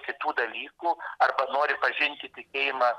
kitų dalykų arba nori pažinti tikėjimą